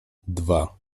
dwa